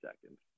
seconds